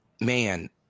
man